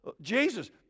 Jesus